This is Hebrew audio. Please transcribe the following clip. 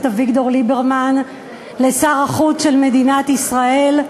אביגדור ליברמן לשר החוץ של מדינת ישראל.